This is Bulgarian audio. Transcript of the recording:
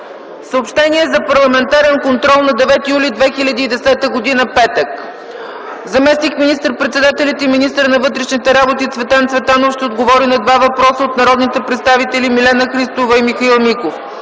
Съобщения за парламентарен контрол на 9 юли 2010 г., петък: Заместник министър-председателят и министър на вътрешните работи Цветан Цветанов ще отговори на два въпроса от народните представители Милена Христова и Михаил Миков.